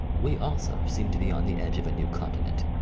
we also seem to be on the edge of a new continent,